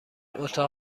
اتاق